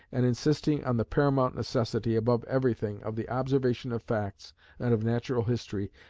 and insisting on the paramount necessity, above everything, of the observation of facts and of natural history,